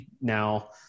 now